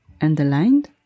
underlined